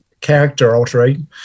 character-altering